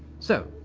so.